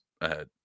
ahead